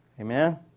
Amen